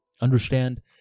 understand